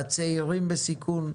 בצעירים בסיכון,